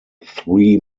three